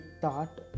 thought